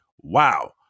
wow